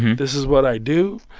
this is what i do.